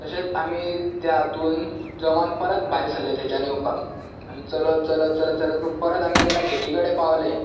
तशेंच आमी त्या हातूंत जोमान परत भायर सरले थंयच्यान येवपाक आमी चलत चलत चलत चलत परत आमी जेन्ना गेटी कडेन पावले